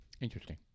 Interesting